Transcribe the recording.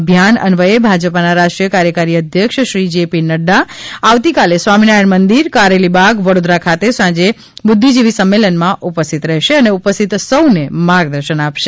અભિયાન અન્વયે ભાજપાના રાષ્ટ્રીય કાર્યકારી અધ્યક્ષ શ્રી જે પી નફા આવતીકાલે સ્વામિનારાયણ મંદિર કારેલીબાગ વડોદરા ખાતે સાંજે બુદ્વિજીવી સંમેલનમાં ઉપસ્થિત રહેશે અને ઉપસ્થિત સૌને માર્ગદર્શન આપશે